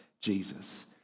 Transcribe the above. Jesus